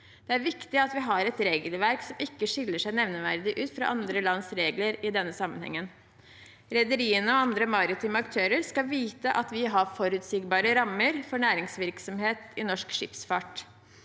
Det er viktig at vi har et regelverk som ikke skiller seg nevneverdig fra andre lands regler i denne sammenhengen. Rederiene og andre maritime aktører skal vite at vi har forutsigbare rammer for næringsvirksomhet i norsk skipsfart.